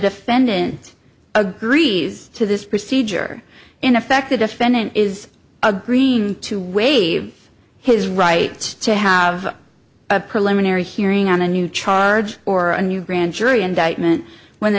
defendant agrees to this procedure in effect the defendant is agreeing to waive his right to have a preliminary hearing on a new charge or a new grand jury indictment when the